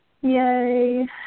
Yay